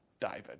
David